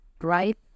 right